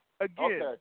Again